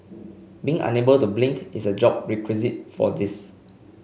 being unable to blink is a job requisite for this